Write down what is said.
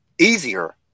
easier